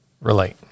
relate